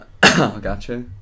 Gotcha